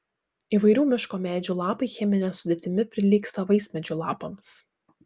įvairių miško medžių lapai chemine sudėtimi prilygsta vaismedžių lapams